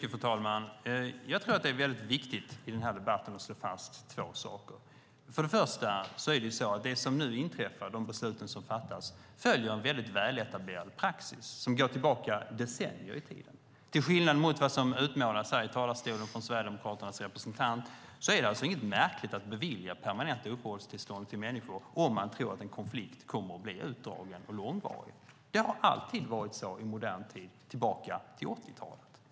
Fru talman! Jag tror att det är viktigt att i den här debatten slå fast två saker. För det första följer de beslut som nu fattas en väletablerad praxis som går tillbaka decennier i tiden. Till skillnad från vad som utmålas i talarstolen av Sverigedemokraternas representant är det inget märkligt att bevilja permanenta uppehållstillstånd till människor om man tror att en konflikt kommer att bli långvarig. Det har i modern tid alltid varit så. Det går tillbaka till 80-talet.